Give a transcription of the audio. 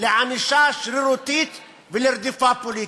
לענישה שרירותית ולרדיפה פוליטית.